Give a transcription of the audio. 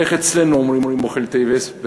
איך אצלנו אומרים "מויחל טויבעס"?